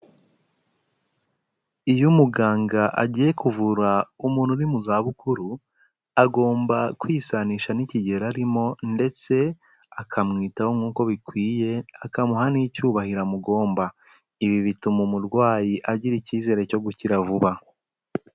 Iyo umuganga agiye kuvura umuntu uri mu zabukuru, agomba kwisanisha n'ikigero arimo ndetse akamwitaho nkuko bikwiye, akamuha n'icyubahiro amugomba, ibi bituma umurwayi agira icyizere cyo gukira vuba.